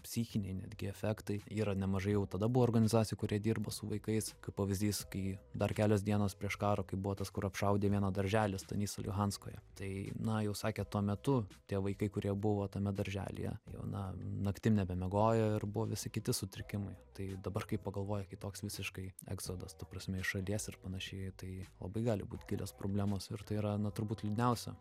psichiniai netgi efektai yra nemažai jau tada buvo organizacijų kurie dirbo su vaikais kaip pavyzdys kai dar kelios dienos prieš karo kai buvo tas kur apšaudė vieną darželį stonys liuhanskoje tai na jau sakė tuo metu tie vaikai kurie buvo tame darželyje jau na naktim nebemiegojo ir buvo visi kiti sutrikimai tai dabar kai pagalvoji kai toks visiškai egzodas ta prasme šalies ir panašiai tai labai gali būt gilios problemos ir tai yra na turbūt liūdniausia